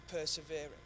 persevering